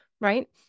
right